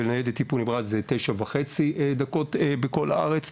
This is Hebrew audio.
וניידת טיפול נמרץ תשע וחצי דקות בכל הארץ.